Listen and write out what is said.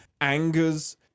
angers